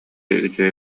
үчүгэй